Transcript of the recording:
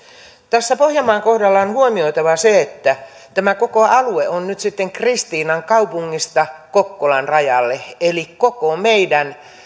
tässä pohjanmaan kohdalla on huomioitava se että tämä koko alue on kristiinankaupungista kokkolan rajalle eli koko meidän